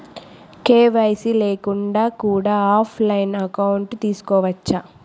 KYC లేకుండా కూడా offline account తీసుకోవచ్చా?